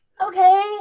okay